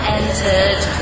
entered